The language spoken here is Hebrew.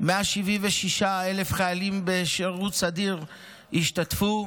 176,000 חיילים בשירות סדיר השתתפו,